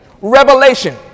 revelation